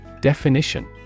Definition